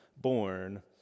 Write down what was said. born